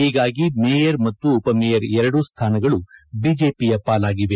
ಹೀಗಾಗಿ ಮೇಯರ್ ಮತ್ತು ಉಪಮೇಯರ್ ಎರಡೂ ಸ್ಥಾನಗಳು ಬಿಜೆಪಿಯ ಪಾಲಾಗಿವೆ